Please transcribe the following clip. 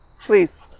Please